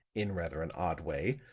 in rather an odd way,